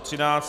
13.